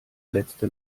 letzte